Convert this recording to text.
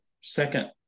second